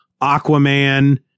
Aquaman